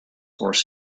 force